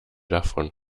davon